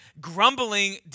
grumbling